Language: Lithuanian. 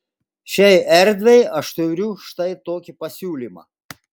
šiai erdvei aš turiu štai tokį pasiūlymą